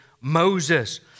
Moses